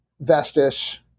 Vestas